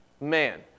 man